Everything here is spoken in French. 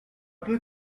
peu